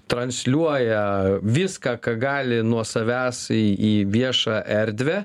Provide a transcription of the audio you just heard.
transliuoja viską ką gali nuo savęs į į viešą erdvę